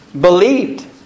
believed